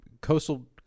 coastal